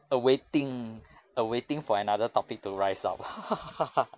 awaiting awaiting for another topic to rise up